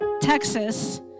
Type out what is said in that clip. Texas